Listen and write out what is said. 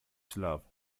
schlaf